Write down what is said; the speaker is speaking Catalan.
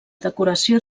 decoració